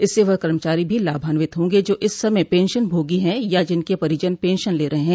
इससे वह कर्मचारी भी लाभान्वित होंगे जो इस समय पेंशन भोगी हैं या जिनके परिजन पेंशन ले रहे हैं